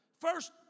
First